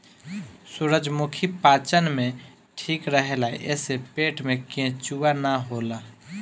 सूरजमुखी पाचन में ठीक रहेला एसे पेट में केचुआ ना होला